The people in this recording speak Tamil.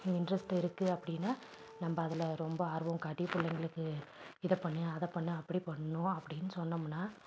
இன்ட்ரெஸ்ட் இருக்குது அப்படின்னா நம்ம அதில் ரொம்ப ஆர்வம் காட்டி பிள்ளைங்களுக்கு இதை பண்ணு அதை பண்ணு அப்படி பண்ணணும் அப்படின்னு சொன்னோம்னால்